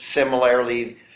similarly